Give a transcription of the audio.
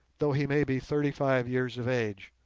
though he may be thirty-five years of age,